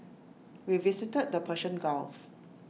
we visited the Persian gulf